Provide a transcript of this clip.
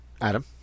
Adam